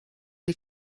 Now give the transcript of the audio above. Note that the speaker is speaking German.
die